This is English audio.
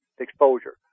exposure